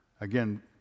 Again